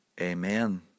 Amen